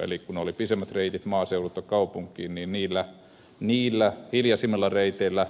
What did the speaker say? eli kun oli pidemmät reitit maaseudulta kaupunkiin niin niillä hiljaisemmilla reiteillä